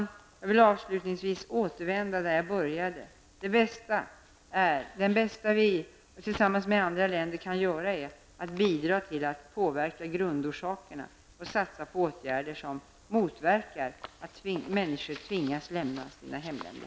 Jag vill avslutningsvis återvända till vad jag började med: De bästa vi, tillsammans med andra länder, kan göra är att bidra till att påverka grundorsakerna och satsa på åtgärder som motverkar att människor tvingas lämna sina hemländer.